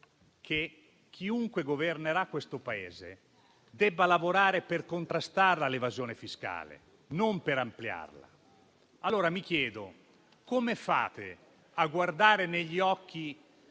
che chiunque governerà questo Paese debba lavorare per contrastare l'evasione fiscale, non per ampliarla. Allora mi chiedo: come fate a guardare negli occhi